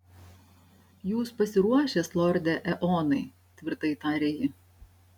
jūs pasiruošęs lorde eonai tvirtai tarė ji